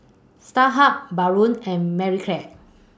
Starhub Braun and Marie Claire